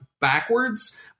backwards